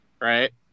right